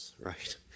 Right